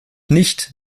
nicht